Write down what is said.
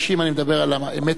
אני מדבר על האמת ההיסטורית.